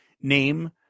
name